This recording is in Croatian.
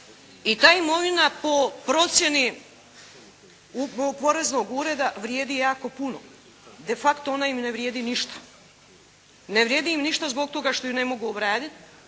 i ta imovina po procjeni poreznog ureda vrijedi jako puno, de facto ona im ne vrijedi ništa. Ne vrijedi im ništa zbog toga što ju ne mogu obraditi,